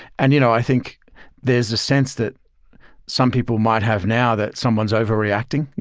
and you know i think there's a sense that some people might have now that someone's overreacting,